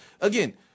Again